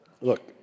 Look